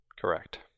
Correct